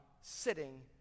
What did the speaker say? sitting